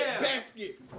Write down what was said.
basket